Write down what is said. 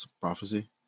prophecy